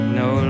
no